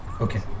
Okay